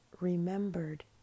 remembered